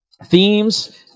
Themes